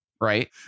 right